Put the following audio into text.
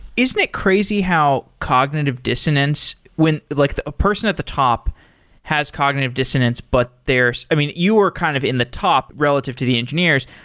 isn't it crazy how cognitive dissonance, when like a person at the top has cognitive dissonance, but there's i mean, you were kind of in the top relative to the engineers.